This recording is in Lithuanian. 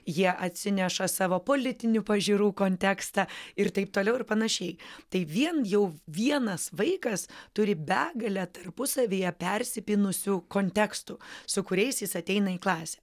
jie atsineša savo politinių pažiūrų kontekstą ir taip toliau ir panašiai tai vien jau vienas vaikas turi begalę tarpusavyje persipynusių kontekstų su kuriais jis ateina į klasę